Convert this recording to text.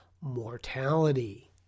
mortality